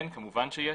כן, כמובן שיש.